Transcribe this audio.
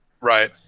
Right